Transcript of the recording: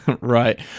right